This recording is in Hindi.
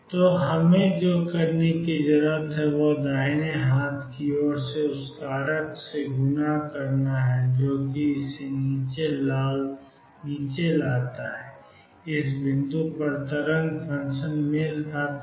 तो हमें जो करने की ज़रूरत है वह दाहिने हाथ की ओर को उस कारक से गुणा करना है जो इसे नीचे लाता है इस बिंदु पर तरंग फ़ंक्शन मेल खाता है